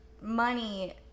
money